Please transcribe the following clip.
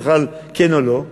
כן או לא.